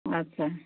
ଆଚ୍ଛା